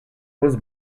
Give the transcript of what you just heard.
was